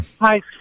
Hi